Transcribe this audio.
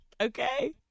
Okay